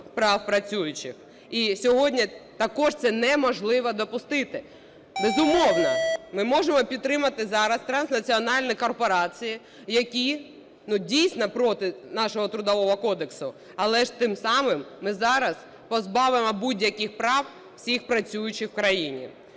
прав працюючих. І сьогодні також це неможливо допустити. Безумовно, ми можемо підтримати зараз транснаціональні корпорації, які, ну, дійсно проти нашого Трудового кодексу. Але ж тим самим ми зараз позбавимо будь-яких прав всіх працюючих в країні.